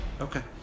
Okay